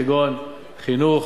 כגון חינוך,